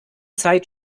zeit